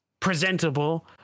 presentable